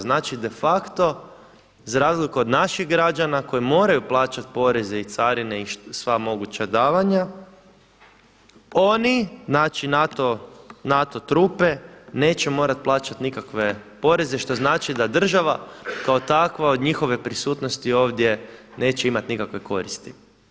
Znači de facto za razliku od naših građana koji moraju plaćati poreze i carine i sva moguća davanja oni znači NATO trupe neće morati plaćati nikakve poreze što znači da država kao takva od njihove prisutnosti ovdje neće imati nikakve koristi.